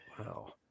Wow